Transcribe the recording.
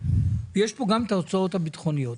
ויש פה גם את ההוצאות הביטחוניות.